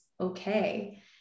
okay